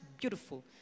beautiful